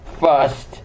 first